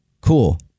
cool